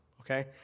okay